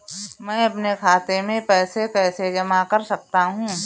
मैं अपने खाते में पैसे कैसे जमा कर सकता हूँ?